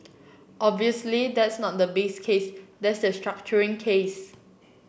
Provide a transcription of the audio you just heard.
obviously that's not the base case that's the structuring case